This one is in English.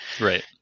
right